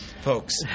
folks